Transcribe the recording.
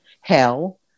hell